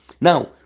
Now